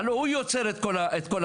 הלוא הוא יוצר את כל הבעיה.